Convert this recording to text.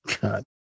God